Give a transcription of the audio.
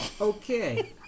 okay